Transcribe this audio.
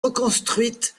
reconstruites